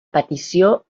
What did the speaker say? petició